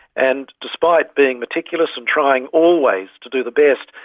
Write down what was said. and despite being meticulous and trying always to do the best,